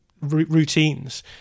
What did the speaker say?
routines